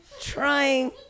Trying